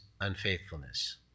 unfaithfulness